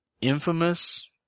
Infamous